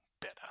better